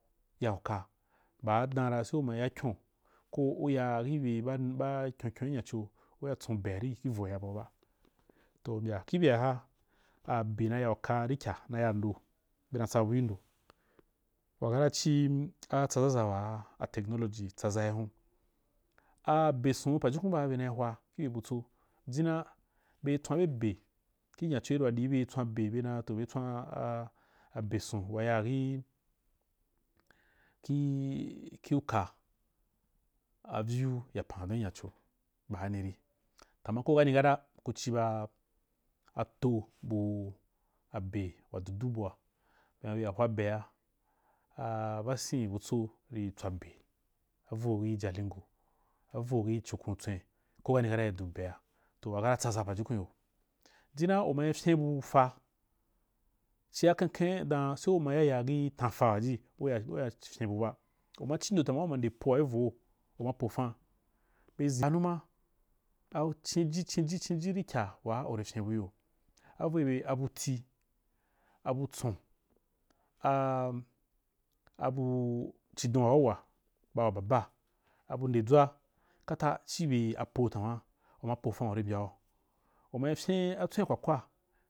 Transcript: Yauka baa denraa se uma yakyon ko uya ibei baa bakyakyonicho uya tsom beari ivo ya bauba toh u mbya khibyehana, abe nao ya uka rikya na yando bena tsabu indo wakara chii atsazaza waa e technology tsa zai hun, a-a beson pajukum baa beknia kwu kibye butso, jinna bei tswabe ki nycho yiri andii betwan be an toh be tswa a-a abeson wa a i kivuka abyu ya pen’a don kinyacho baaniri tama ko kani kata kuchibaa ato bube wa dudu bua be. a bia hwabea a-asem butsa bitswabe avo ijalingo avo khi chukuntswen o kani kata ridu bea, toh wakra tsaza pajukunyo kinna umai pyembuka, chia khenkhen dau se uma uagagyitanza waji uya-uya ryem bub a uma chindo tama uma ude poa ivo uma poran izanuma a chinji chinji chinji rikya waa uri kyembu iyo avaoibe abuti abuso a-abu-chisdo’a wawa ba wababa, abu nde dzwa kata chi bei apo tama uma pofan uri mbuyau umai ryen-atswen’a kwakwa.